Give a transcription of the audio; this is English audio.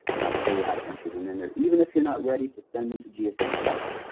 and i'll show you how to enter them in there. even if you're not ready to send them to gsa yet,